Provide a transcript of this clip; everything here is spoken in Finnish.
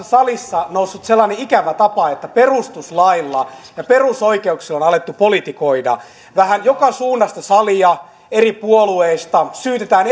salissa noussut sellainen ikävä tapa että perustuslailla ja perusoikeuksilla on on alettu politikoida vähän joka suunnasta salia eri puolueista syytetään